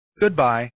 Goodbye